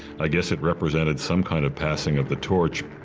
i guess it represented some kind of passing of the torch.